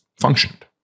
functioned